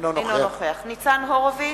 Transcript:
אינו נוכח ניצן הורוביץ,